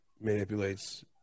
manipulates